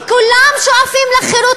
כי כולם שואפים לחירות,